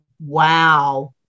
Wow